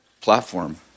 platform